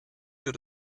für